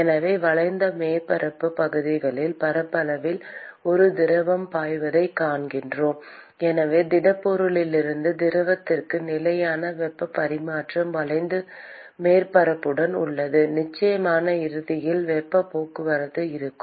எனவே வளைந்த மேற்பரப்புப் பகுதிகள் பரப்பளவில் ஒரு திரவம் பாய்வதைக் காண்கிறோம் எனவே திடப்பொருளிலிருந்து திரவத்திற்கு நிலையான வெப்பப் பரிமாற்றம் வளைந்த மேற்பரப்புடன் உள்ளது நிச்சயமாக இறுதியில் வெப்பப் போக்குவரத்து இருக்கும்